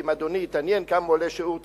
ואם אדוני יתעניין כמה עולה שיעור טיסה,